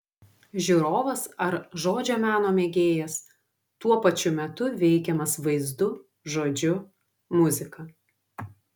žiūrovas ar žodžio meno mėgėjas tuo pačiu metu veikiamas vaizdu žodžiu muzika